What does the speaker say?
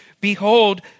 behold